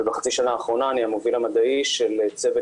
ובחצי השנה האחרונה אני המוביל המדעי של צוות